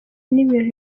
n’ibintu